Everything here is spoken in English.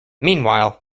meanwhile